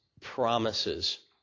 promises